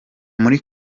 muri